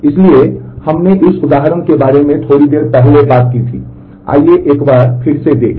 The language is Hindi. इसलिए हमने इस उदाहरण के बारे में थोड़ी देर पहले बात की थी आइए एक बार फिर से देखें